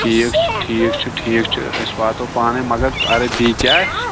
ٹھیٖک چھُ ٹھیٖک چھُ ٹھیٖک چھُ أسۍ واتو پانَے مگر اگرَے بیٚیہِ تہِ آسہِ